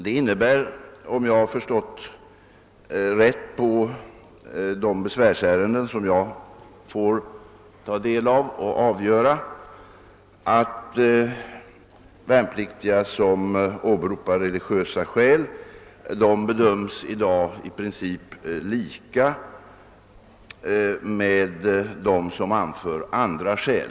Det innebär, om jag rätt har förstått de besvärsärenden som jag får ta del av och avgöra, att värnpliktiga som åberopar religiösa skäl i dag bedöms i princip på samma sätt som de som anför andra skäl.